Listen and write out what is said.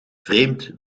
vreemd